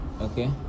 okay